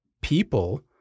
people